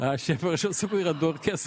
aš jai parašiau sakau yra du orkes